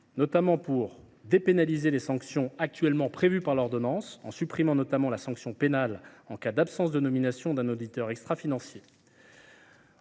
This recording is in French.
objet de dépénaliser les sanctions actuellement prévues par l’ordonnance, en supprimant notamment la sanction pénale en cas d’absence de nomination d’un auditeur extrafinancier